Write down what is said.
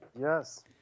Yes